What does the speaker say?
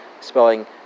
spelling